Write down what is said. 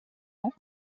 ans